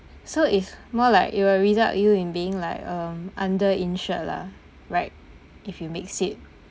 so it's more like it will result you in being like um under insured lah right if you mix it